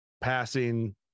passing